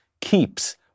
keeps